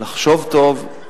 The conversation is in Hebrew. לחשוב טוב,